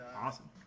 Awesome